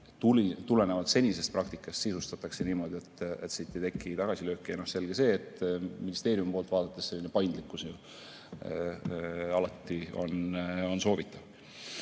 tulenevalt senisest praktikast siiski sisustatakse niimoodi, et siit ei teki tagasilööke. Selge see, et ministeeriumi poolt vaadates on selline paindlikkus ju alati soovitav.